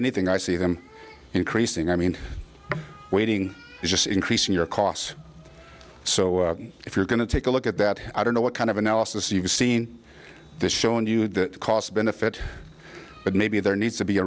anything i see them increasing i mean waiting just increasing your costs so if you're going to take a look at that i don't know what kind of analysis you've seen this showing you that cost benefit but maybe there needs to be